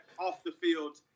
off-the-field